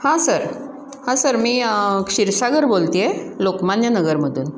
हां सर हां सर मी क्षीरसागर बोलत आहे लोकमान्यनगरमधून